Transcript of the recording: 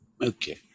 Okay